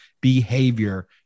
behavior